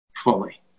Fully